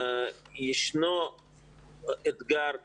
ישנו אתגר אחר,